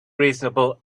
reasonable